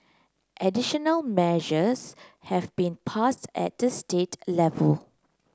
additional measures have been passed at the state level